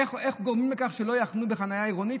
איך גורמים לכך שלא יחנו בחניה עירונית?